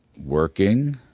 working,